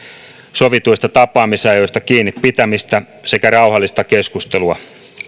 sovituista tapaamisajoista kiinni pitämistä sekä rauhallista keskustelua